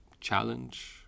challenge